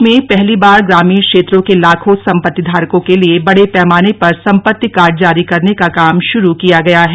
देश में पहली बार ग्रामीण क्षेत्रों के लाखों संपत्ति धारकों के लिए बड़े पैमाने पर संपत्ति कार्ड जारी करने का काम शुरू किया गया है